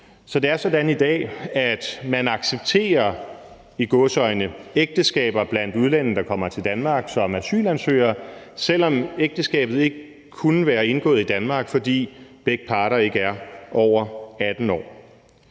så det er sådan i dag, at man accepterer – i gåseøjne – ægteskaber blandt udlændinge, der kommer til Danmark som asylansøgere, selv om ægteskabet ikke kunne være indgået i Danmark, fordi begge parter ikke er over 18 år.